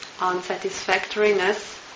unsatisfactoriness